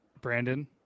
Brandon